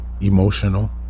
emotional